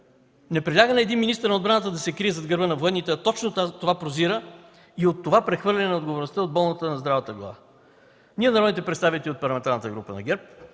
Не приляга на един министър на отбраната да се крие зад гърба на военните, а точно това прозира и от това прехвърляне на отговорността от болната на здравата глава. Ние, народните представители от Парламентарната група на ГЕРБ,